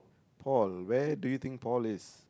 Paul where do you think Paul is